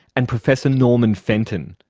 and professor norman fenton.